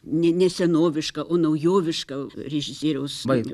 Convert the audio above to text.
ne ne senoviška o naujoviška režisieriaus vaido